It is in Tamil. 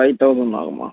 ஃபை தௌசண்ட் ஆகும்மா